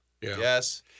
Yes